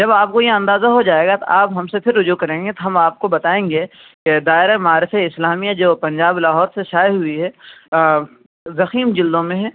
جب آپ کو یہ اندازہ ہو جائے گا تو آپ ہم سے پھر رجوع کریں گے تو ہم آپ کو بتائیں گے کہ دائرہ معارف اسلامیہ جو پنجاب لاہور سے شائع ہوئی ہے ضخیم جلدوں میں ہے